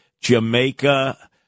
Jamaica